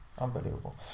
Unbelievable